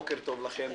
בוקר טוב לכם,